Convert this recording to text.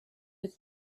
had